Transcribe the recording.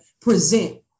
present